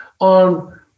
on